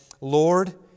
Lord